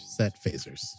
setphasers